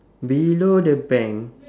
below the bank